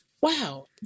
wow